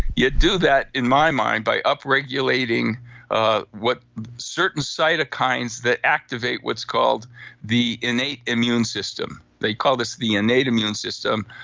you do that, in my mind, by upregulating ah what certain cytokines that activate what's called the innate immune system. they call this the innate immune system.